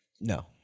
No